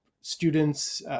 students